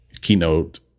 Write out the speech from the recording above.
keynote